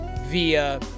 via